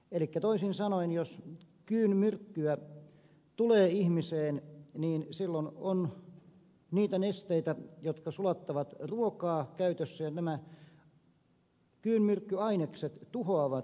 elikkä toisin sanoen jos kyyn myrkkyä tulee ihmiseen niin silloin on käytössä niitä nesteitä jotka sulattavat ruokaa ja nämä kyyn myrkkyainekset tuhoavat soluja